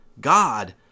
God